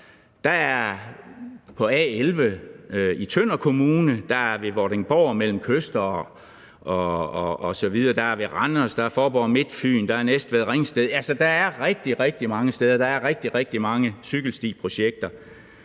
Der er A11 i Tønder Kommune, der er ved Vordingborg osv., og der er ved Randers, der er Faaborg-Midtfyn, der er Næstved-Ringsted, der er rigtig, rigtig mange steder, der er rigtig, rigtig mange cykelstiprojekter,